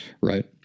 Right